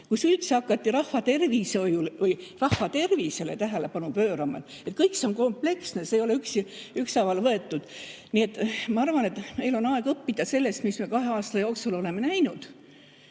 kui üldse hakati rahvatervisele tähelepanu pöörama. Kõik see on kompleksne, see ei ole ükshaaval võetud. Nii et ma arvan, et meil on aeg õppida sellest, mida me kahe aasta jooksul oleme näinud.